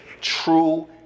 true